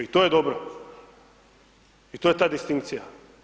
I to je dobro i to je ta distinkcija.